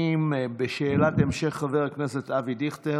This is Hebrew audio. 90, ושאלת ההמשך, חבר הכנסת אבי דיכטר.